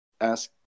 ask